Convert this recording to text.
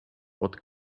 what